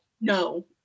No